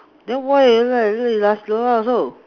then why you don't like don't like Nasi-Lemak also